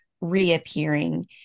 reappearing